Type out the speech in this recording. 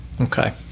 Okay